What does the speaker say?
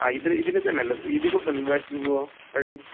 ആ ഇതിൽ ഇതിൽ തന്നെ അല്ലേ ഇതിൽ കൂടെ തന്നെ അല്ലേ ബാക്കിൽ പോവുക വഴി